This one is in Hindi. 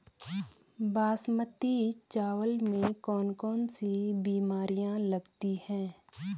बासमती चावल में कौन कौन सी बीमारियां लगती हैं?